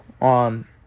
on